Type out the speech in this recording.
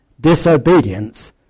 disobedience